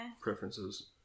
preferences